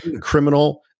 criminal